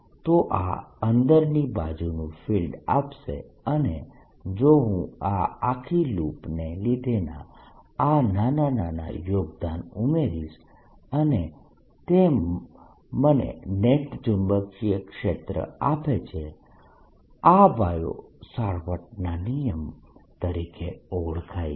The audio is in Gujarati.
તો આ અંદરની બાજુનું ફિલ્ડ આપશે અને જો હું આ આખી લૂપને લીધેના આ નાના નાના યોગદાન ઉમેરીશ અને તે મને નેટ ચુંબકીય ક્ષેત્ર આપે છે આ બાયો સાવર્ટના નિયમ તરીકે ઓળખાય છે